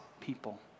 people